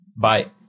Bye